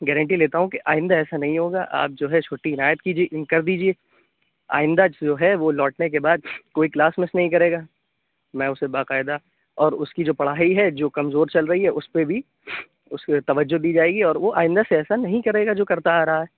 guarantee لیتا ہوں کہ آئندہ ایسا نہیں ہوگا آپ جو ہے چھٹّی عنایت کیجے اِن کر دیجیے آئندہ جو ہے وہ لوٹنے کے بعد کوئی کلاس مس نہیں کرے گا میں اُسے با قاعدہ اور اُس کی جو پڑھائی ہے جو کمزور چل رہی ہے اُس پہ بھی اُس پہ توجہ دی جائے گی اور وہ آئندہ سے ایسا نہیں کرے گا جو کرتا آرہا ہے